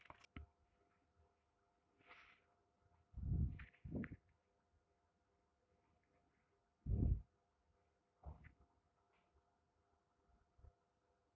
ತೊಗರಿ ಸಸ್ಯಕ ಹಂತದಿಂದ ಸಂತಾನೋತ್ಪತ್ತಿ ಹಂತದವರೆಗೆ ಬೆಳೆಯಲು ತೆಗೆದುಕೊಳ್ಳುವ ಸಮಯ ಎಷ್ಟು?